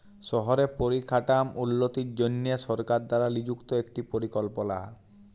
শহরে পরিকাঠাম উল্যতির জনহে সরকার দ্বারা লিযুক্ত একটি পরিকল্পলা